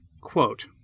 Quote